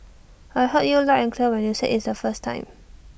I heard you loud and clear when you said IT the first time